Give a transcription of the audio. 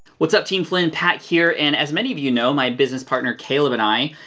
what's up team flynn? pat here and as many of you know, my business partner caleb and i,